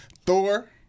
Thor